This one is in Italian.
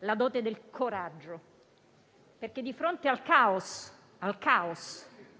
la dote del coraggio, perché, di fronte al caos